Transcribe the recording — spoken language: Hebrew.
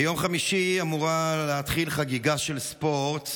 ביום חמישי אמורה להתחיל חגיגה של ספורט,